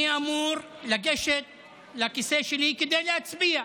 אני אמור לגשת לכיסא שלי כדי להצביע.